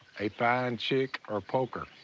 a fine and chick or poker,